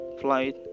flight